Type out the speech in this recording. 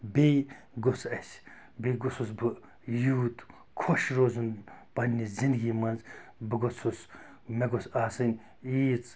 بیٚیہِ گوٚژھ اسہِ بیٚیہِ گوٚژھُس بہٕ یوٗت خۄش روزُن پننہِ زِندگی منٛز بہٕ گوٚژھُس مےٚ گوٚژھ آسٕنۍ ییٖژ